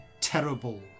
terrible